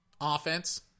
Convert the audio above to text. Offense